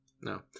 No